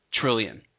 trillion